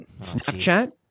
Snapchat